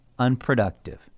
unproductive